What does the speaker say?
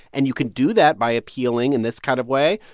and you can do that by appealing in this kind of way.